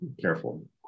careful